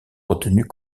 retenues